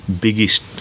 biggest